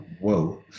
whoa